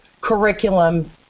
curriculum